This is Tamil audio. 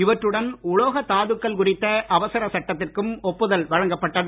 இவற்றுடன் உலோக தாதுக்கள் குறித்த அவசர சட்டத்திற்கும் ஒப்புதல் வழங்கப்பட்டது